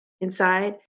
inside